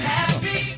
Happy